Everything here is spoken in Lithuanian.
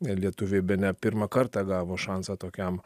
e lietuviai bene pirmą kartą gavo šansą tokiam